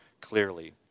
clearly